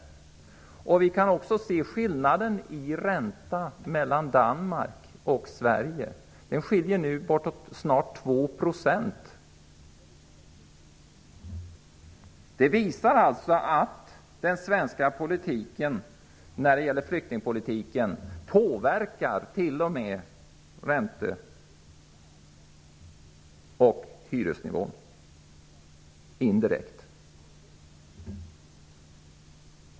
Vi kan också se skillnaden i ränta mellan Danmark och Sverige. Den uppgår nu snart till 2 %. Det visar att den svenska flyktingpolitiken påverkar t.o.m. ränte och hyresnivån, indirekt.